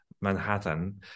Manhattan